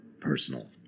Personal